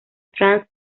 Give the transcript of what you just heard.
trans